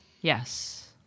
Yes